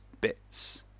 bits